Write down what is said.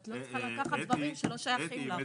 את לא צריכה לקחת דברים שלא שייכים לך.